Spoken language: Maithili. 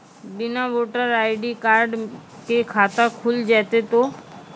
बिना वोटर आई.डी कार्ड के खाता खुल जैते तो?